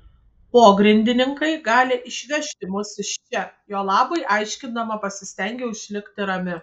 pogrindininkai gali išvežti mus iš čia jo labui aiškindama pasistengiau išlikti rami